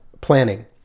planning